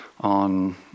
on